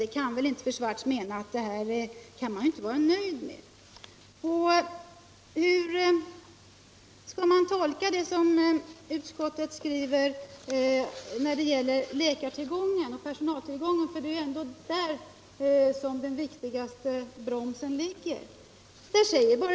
Det kan väl inte fru Swartz mena att man kan vara nöjd med? Hur skall man tolka det som utskottet skriver när det gäller tillgången på läkare och personal? Det är ju ändå där som den viktigaste bromsen ligger.